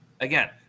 again